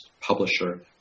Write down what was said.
publisher